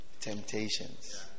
temptations